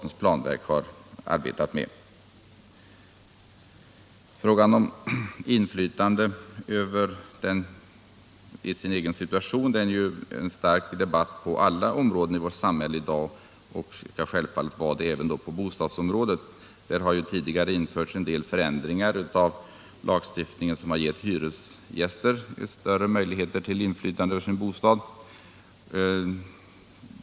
När det gäller inflytandet över sin egen situation försiggår ju i dag en stor debatt på alla samhällsområden, och självfallet bör detta också gälla bostadsområdet. Tidigare har det genomförts vissa lagändringar, som gett hyresgästerna större möjligheter till inflytande över bostaden.